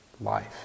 life